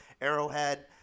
Arrowhead